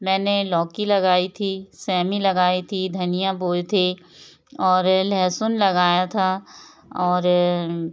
मैंने लौकी लगाई थी सेमी लगाई थी धनिया बोए थे और लहसुन लगाया था और